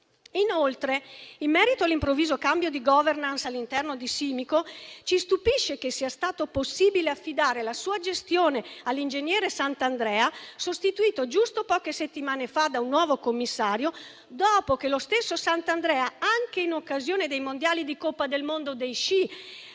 Inoltre, in merito all'improvviso cambio di *governance* all'interno di Simico, ci stupisce che sia stato possibile affidare la sua gestione all'ingegnere Sant'Andrea, sostituito giusto poche settimane fa da un nuovo commissario, dopo che lo stesso Sant'Andrea, anche in occasione della Campionati del mondo di sci